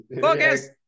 Focus